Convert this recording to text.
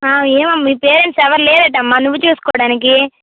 ఆ ఏవమ్మా మీ పేరెంట్స్ ఎవరు లేరా ఏంటమ్మా నువ్వు చూసుకోవడానికి